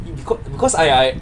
it~ becaus~ because I I